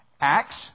Acts